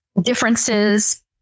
differences